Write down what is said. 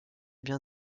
bien